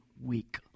week